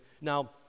Now